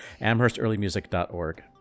Amherstearlymusic.org